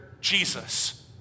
Jesus